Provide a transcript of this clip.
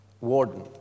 warden